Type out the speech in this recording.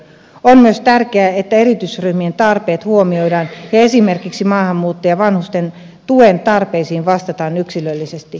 on myös tärkeää että erityisryhmien tarpeet huomioidaan ja esimerkiksi maahanmuuttajavanhusten tuen tarpeisiin vastataan yksilöllisesti